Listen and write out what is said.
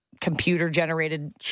computer-generated